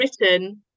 written